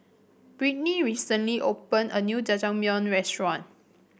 Brittany recently opened a new Jajangmyeon Restaurant